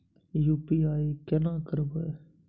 UPI केना करबे?